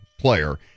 player